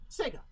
Sega